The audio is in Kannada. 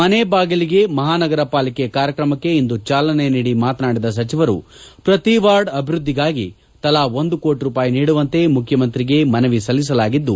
ಮನೆ ಬಾಗಿಲಿಗೆ ಮಹಾನಗರ ಪಾಲಿಕೆ ಕಾರ್ಯಕ್ರಮಕ್ಕೆ ಇಂದು ಚಾಲನೆ ನೀಡಿ ಮಾತನಾಡಿದ ಸಚಿವರು ಪ್ರತಿ ವಾರ್ಡ್ ಅಭಿವೃದ್ದಿಗಾಗಿ ತಲಾ ಒಂದು ಕೋಟ ರೂಪಾಯಿ ನೀಡುವಂತೆ ಮುಖ್ಯ ಮಂತ್ರಿಗೆ ಮನವಿ ಸಲ್ಲಿಸಲಾಗಿದ್ದು